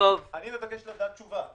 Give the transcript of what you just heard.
אני מבקש לדעת תשובה.